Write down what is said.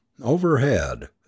Overhead